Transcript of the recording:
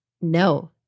no